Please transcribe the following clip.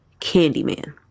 Candyman